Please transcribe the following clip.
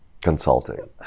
Consulting